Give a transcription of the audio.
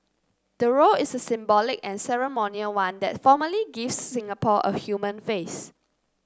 the role is a symbolic and ceremonial one that formally gives Singapore a human face